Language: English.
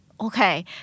Okay